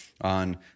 on